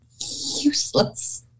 useless